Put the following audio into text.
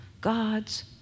God's